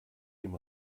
dem